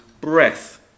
Breath